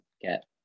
get